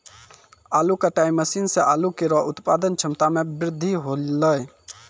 आलू कटाई मसीन सें आलू केरो उत्पादन क्षमता में बृद्धि हौलै